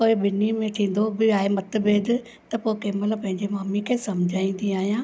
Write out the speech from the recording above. पर ॿिनि में थींदो बि आहे मतभेदु त पोइ कंहिं महिल पंहिंजी ममीअ खे सम्झाईंदी आहियां